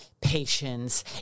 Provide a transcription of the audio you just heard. patience